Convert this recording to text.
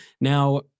Now